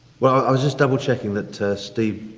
well i was just double checking that steve.